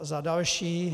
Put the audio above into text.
Za další.